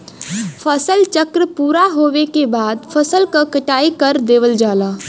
फसल चक्र पूरा होवे के बाद फसल क कटाई कर देवल जाला